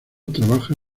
trabajó